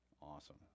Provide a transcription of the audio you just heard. Awesome